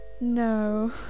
No